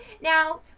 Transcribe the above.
Now